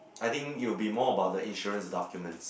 I think it will be more about the insurance documents